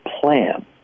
plan